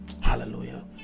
Hallelujah